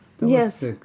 Yes